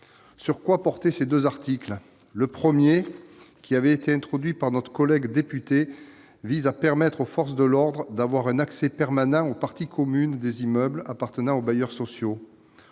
Sur quoi portaient ces deux articles ? Le premier, qui avait été introduit par nos collègues députés, vise à permettre aux forces de l'ordre d'avoir un accès permanent aux parties communes des immeubles appartenant aux bailleurs sociaux.